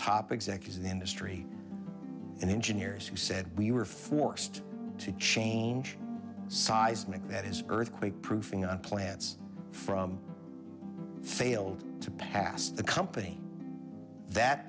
top executives industry and engineers who said we were forced to change seismic that is earthquake proofing on plants from failed to pass the company that